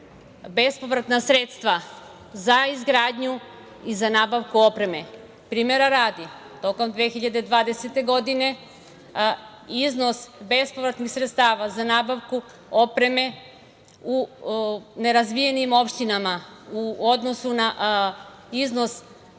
bespovratna sredstva za izgradnju i za nabavku opreme. Primera radi, tokom 2020. godine iznos bespovratnih sredstava za nabavku opreme u nerazvijenim opštinama u odnosu na iznos